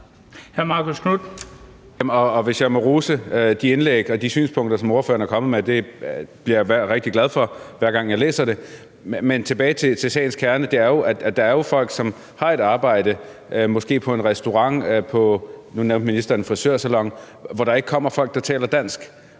vil gerne rose de indlæg og de synspunkter, som ordføreren er kommet med. Det bliver jeg rigtig glad for, hver gang jeg læser dem, men tilbage til sagens kerne. Den er jo, at der er folk, som har et arbejde, måske på en restaurant eller i en frisørsalon, som ministeren nævnte, hvor der ikke kommer folk, der taler dansk,